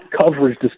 coverage